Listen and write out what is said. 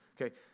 Okay